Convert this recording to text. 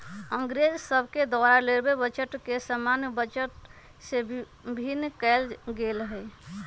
अंग्रेज सभके द्वारा रेलवे बजट के सामान्य बजट से भिन्न कएल गेल रहै